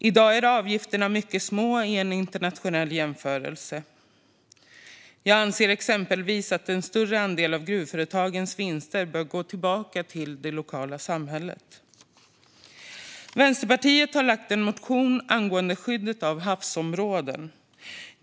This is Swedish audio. I dag är avgifterna mycket små i en internationell jämförelse. Jag anser att exempelvis en större andel av gruvföretagens vinster bör gå tillbaka till det lokala samhället. Vänsterpartiet har en motion om skyddet av havsområden.